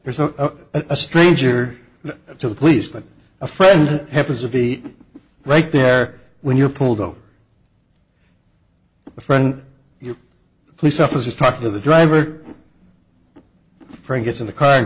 there's a a stranger to the police but a friend happens of the right there when you're pulled over a friend your police officers talk to the driver friend gets in the car